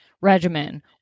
regimen